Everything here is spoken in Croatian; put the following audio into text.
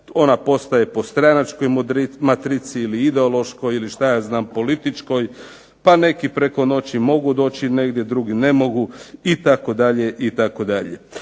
Ona postoji po stranačkoj matrici ili ideološkoj ili što ja znam, političkoj. Pa neki preko noći mogu doći negdje, drugi ne mogu itd.,